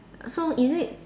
so is it